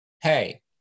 hey